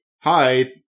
hi